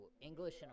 English